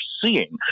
seeing